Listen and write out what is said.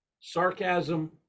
sarcasm